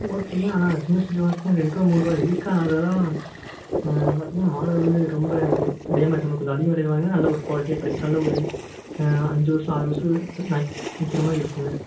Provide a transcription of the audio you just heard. ஓகேங்க ஆனால் சின்ன ரெண்டு ரூபா மூன்றுபா இருக்குது ஆனால் அதெல்லாம் பார்த்திங்கனா மாடல் வந்து ரொம்ப இது டேமேஜ் கொஞ்சம் அதிகம் விலையில வாங்கினா நல்ல ஒரு குவாலிட்டியாக கிடைக்கும் நல்ல ஒரு அஞ்சு வருஷம் ஆறு வருஷத்துக்கு நிற்கிற மாதிரி இருக்கும்ங்க